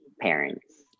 parents